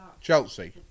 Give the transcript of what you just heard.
Chelsea